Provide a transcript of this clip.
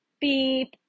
beep